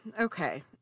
Okay